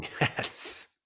Yes